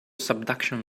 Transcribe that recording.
subduction